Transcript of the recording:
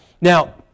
Now